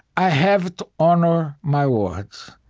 i have to honor my words.